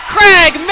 Craig